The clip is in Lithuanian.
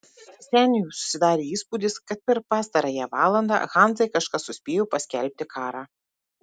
seniui susidarė įspūdis kad per pastarąją valandą hanzai kažkas suspėjo paskelbti karą